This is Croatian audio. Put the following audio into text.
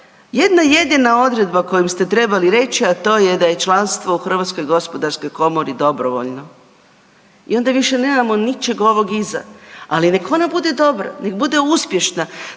jedna jedina odredba kojom ste trebali reći, a to je da je članstvo u HGK dobrovoljno. I onda više nemamo ničeg ovog iza, ali nek ona bude dobra, nek bude uspješna,